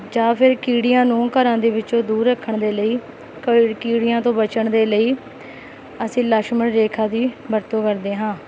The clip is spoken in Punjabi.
ਜਾਂ ਫਿਰ ਕੀੜੀਆਂ ਨੂੰ ਘਰਾਂ ਦੇ ਵਿੱਚੋਂ ਦੂਰ ਰੱਖਣ ਦੇ ਲਈ ਕ ਕੀੜੀਆਂ ਤੋਂ ਬਚਣ ਦੇ ਲਈ ਅਸੀਂ ਲਛਮਣ ਰੇਖਾ ਦੀ ਵਰਤੋਂ ਕਰਦੇ ਹਾਂ